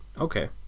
Okay